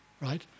right